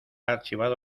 archivado